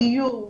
דיור,